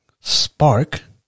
Spark